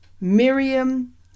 Miriam